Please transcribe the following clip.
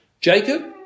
Jacob